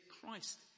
Christ